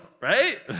right